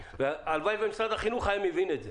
הלוואי שמשרד החינוך היה מבין את זה